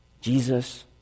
Jesus